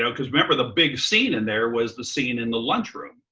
so cause remember the big scene in there was the scene in the lunch room.